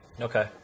Okay